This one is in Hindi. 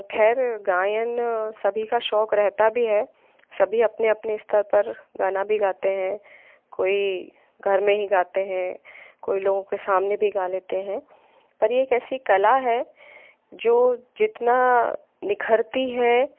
खैर गायन सभी का शौक़ रहता भी है सभी अपने अपने स्तर पर गाना भी गाते हैं कोई घर में ही गाते हैं कोई लोगों के सामने भी गा लेते हैं पर ये एक ऐसी कला है जो जितना निखरती है